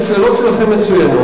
השאלות שלכם מצוינות,